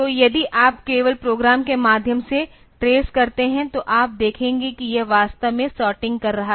तो यदि आप केवल प्रोग्राम के माध्यम से ट्रेस करते हैं तो आप देखेंगे कि यह वास्तव में सॉर्टिंग कर रहा है